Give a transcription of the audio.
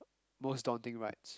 most daunting rides